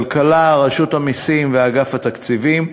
כלכלה, רשות המסים ואגף התקציבים,